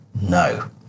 no